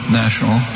national